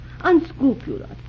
Unscrupulous